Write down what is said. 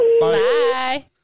bye